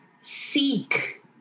seek